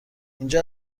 اینجا